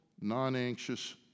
non-anxious